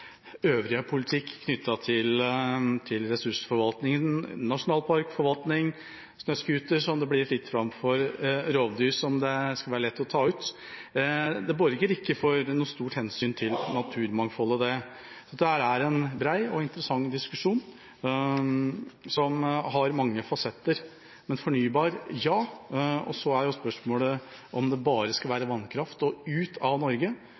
øvrige politikk knyttet til ressursforvaltning, nasjonalparkforvaltning, snøscooter, som det blir fritt fram for, rovdyr, som det skal være lett å ta ut, borger ikke for noe stort hensyn til naturmangfoldet. Dette er en bred og interessant diskusjon, som har mange fasetter. Men fornybar – ja. Så er spørsmålet om det bare skal være vannkraft, og ut av Norge,